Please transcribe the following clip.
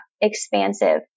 expansive